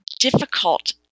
difficult